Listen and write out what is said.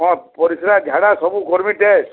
ହଁ ପରିଶ୍ରା ଝାଡ଼ା ସବୁ କର୍ମି ଟେଷ୍ଟ୍